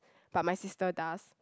but my sister does